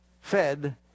fed